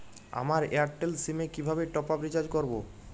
আমার Airtel sim এ কিভাবে টপ আপ রিচার্জ করবো?